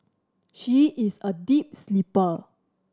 she is a deep sleeper